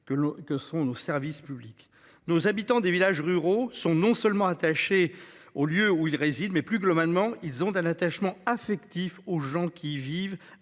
l'que sont nos services publics nos habitants des villages ruraux sont non seulement attachés au lieu où il réside. Mais plus globalement ils ont à l'attachement affectif aux gens qui vivent